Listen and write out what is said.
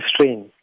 strain